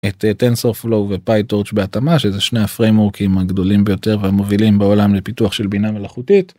את TensorFlow ו-PyTorch בהתאמה שזה שני הפריימוורקים הגדולים ביותר והמובילים בעולם לפיתוח של בינה מלאכותית.